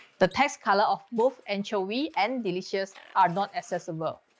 the test color of both anchovy and delicious are not accessible.